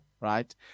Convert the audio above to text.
right